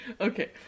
Okay